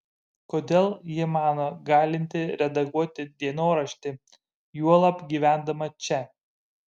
kodėl ji mano galinti redaguoti dienoraštį juolab gyvendama čia